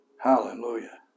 hallelujah